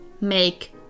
Make